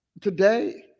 today